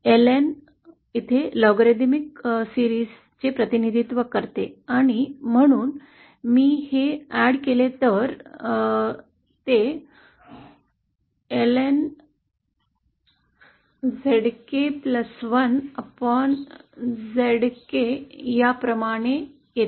LN येथे logarithmic मालिकेचे प्रतिनिधित्व करते आणि म्हणून मी हे जोडले तर ते lnZk 1Zk या प्रमाणे येते